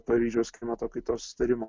paryžiaus klimato kaitos susitarimo